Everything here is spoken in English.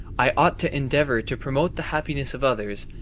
i ought to endeavour to promote the happiness of others,